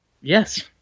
Yes